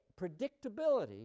predictability